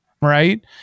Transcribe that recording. Right